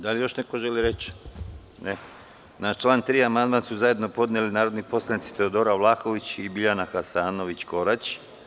Da li još neko želi reč? (Ne) Na član 3. amandman su zajedno podneli narodni poslanici Teodora Vlahović i Biljana Hasanović Korać.